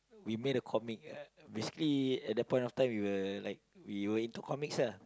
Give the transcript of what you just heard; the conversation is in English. we made a comic basically at that point of time we were like we were into comics ah